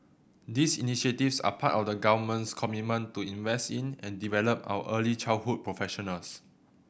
these initiatives are part of the Government's commitment to invest in and develop our early childhood professionals